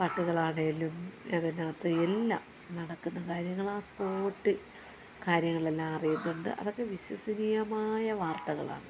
പാട്ടുകളാണെങ്കിലും അതിനകത്ത് എല്ലാം നടക്കുന്ന കാര്യങ്ങൾ ആ സ്പോട്ടിൽ കാര്യങ്ങളെല്ലാം അറിയുന്നുണ്ട് അതൊക്കെ വിശ്വസനീയമായ വാർത്തകളാണ്